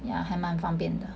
yeah 还蛮方便的